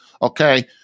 Okay